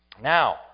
Now